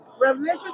Revelation